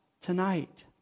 tonight